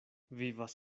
vivas